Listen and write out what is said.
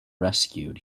rescued